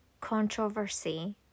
controversy